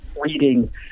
reading